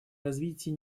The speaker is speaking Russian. развитие